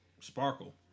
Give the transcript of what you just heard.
Sparkle